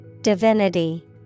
Divinity